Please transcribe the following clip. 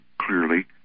clearly